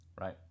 right